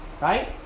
right